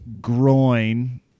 groin